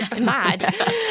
mad